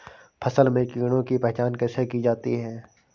फसल में कीड़ों की पहचान कैसे की जाती है?